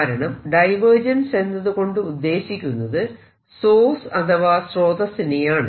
കാരണം ഡൈവേർജൻസ് എന്നതുകൊണ്ട് ഉദ്ദേശിക്കുന്നത് സോഴ്സ് അഥവാ സ്രോതസ്സിനെയാണ്